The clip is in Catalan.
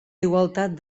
igualtat